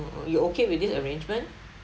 uh you okay with this arrangement